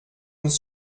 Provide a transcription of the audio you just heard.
uns